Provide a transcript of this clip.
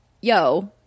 yo